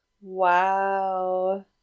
Wow